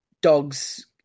Dogs